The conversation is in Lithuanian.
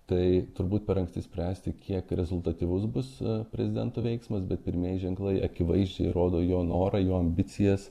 tai turbūt per anksti spręsti kiek rezultatyvus bus prezidento veiksmas bet pirmieji ženklai akivaizdžiai rodo jo norą jo ambicijas